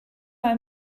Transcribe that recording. ein